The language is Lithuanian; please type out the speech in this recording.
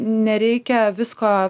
nereikia visko